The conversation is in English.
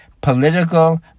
political